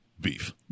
beef